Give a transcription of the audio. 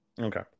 Okay